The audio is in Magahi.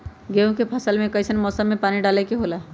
गेहूं के फसल में कइसन मौसम में पानी डालें देबे के होला?